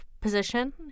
position